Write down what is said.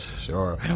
Sure